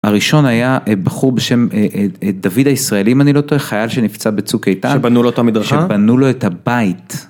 הראשון היה בחור בשם דוד הישראלי, אם אני לא טועה, חייל שנפצע בצוק איתן, שבנו לו את המדרכה? שבנו לו את הבית.